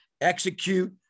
execute